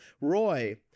Roy